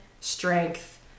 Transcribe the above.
strength